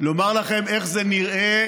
לומר לכם איך זה נראה